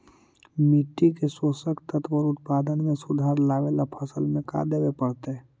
मिट्टी के पोषक तत्त्व और उत्पादन में सुधार लावे ला फसल में का देबे पड़तै तै?